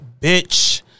bitch